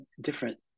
different